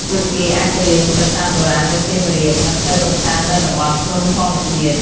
ពួកគេអាចទៅលេងប្រាសាទបុរាណនៅសៀមរាប និងទៅកម្សាន្តនៅតំបន់ភ្នំធម្មជាតិ។